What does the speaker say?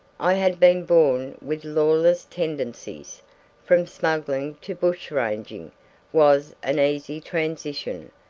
i had been born with lawless tendencies from smuggling to bushranging was an easy transition,